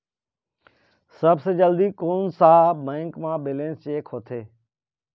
सबसे जल्दी कोन सा बैंक म बैलेंस चेक होथे?